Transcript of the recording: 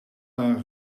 haar